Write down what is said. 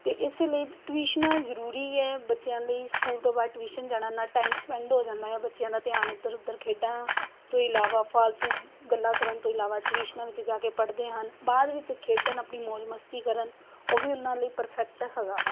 ਅਤੇ ਇਸੇ ਲਈ ਟਿਊਸ਼ਨਾਂ ਜ਼ਰੂਰੀ ਹੈ ਬੱਚਿਆਂ ਲਈ ਸਕੂਲ ਤੋਂ ਬਾਅਦ ਟਿਊਸ਼ਨ ਜਾਣਾ ਨਾਲ ਟਾਈਮ ਸਪੈਂਡ ਹੋ ਜਾਂਦਾ ਹੈ ਬੱਚਿਆਂ ਦਾ ਧਿਆਨ ਇੱਧਰ ਉੱਧਰ ਖੇਡਾਂ ਤੋਂ ਇਲਾਵਾ ਫਾਲਤੂ ਗੱਲਾਂ ਕਰਨ ਤੋਂ ਇਲਾਵਾ ਟਿਊਸ਼ਨਾਂ ਵਿੱਚ ਜਾ ਕੇ ਪੜ੍ਹਦੇ ਹਨ ਬਾਅਦ ਵਿੱਚ ਖੇਡਣ ਆਪਣੀ ਮੌਜ ਮਸਤੀ ਕਰਨ ਉਹ ਵੀ ਉਹਨਾਂ ਲਈ ਪਰਫੈਕਟ ਹੈਗਾ ਵਾ